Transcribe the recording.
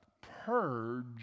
purge